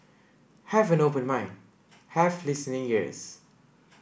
have an open mind have listening ears